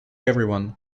everyone